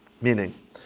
Meaning